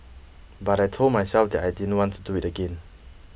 but I told myself that I didn't want to do it again